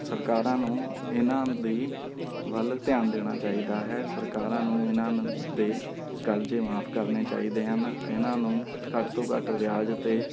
ਸਰਕਾਰਾਂ ਨੂੰ ਇਹਨਾਂ ਦੀ ਵੱਲ ਧਿਆਨ ਦੇਣਾ ਚਾਹੀਦਾ ਹੈ ਸਰਕਾਰਾਂ ਨੂੰ ਇਹਨਾਂ ਦੇ ਕਰਜ਼ੇ ਮੁਆਫ਼ ਕਰਨੇ ਚਾਹੀਦੇ ਹਨ ਇਹਨਾਂ ਨੂੰ ਘੱਟ ਤੋਂ ਘੱਟ ਵਿਆਜ਼ 'ਤੇ